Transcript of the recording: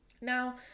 Now